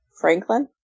Franklin